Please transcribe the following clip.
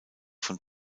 von